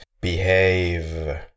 behave